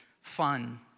fun